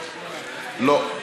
לא.